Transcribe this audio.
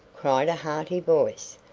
cried a hearty voice,